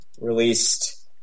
released